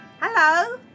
Hello